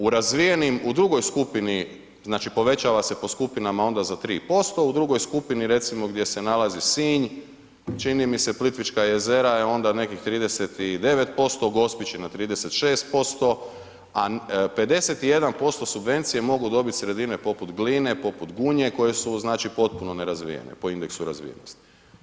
U razvijenim, u drugoj skupini znači povećava se po skupinama onda za 3%, u drugoj skupini recimo gdje se nalazi Sinj, čini mi se Plitvička jezera je onda nekih 39%, Gospić je na 36% a 51% subvencije mogu dobiti sredine poput Gline, poput Gunje koje su znači potpuno nerazvijene po indeksu razvijenosti.